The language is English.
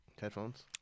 headphones